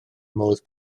modd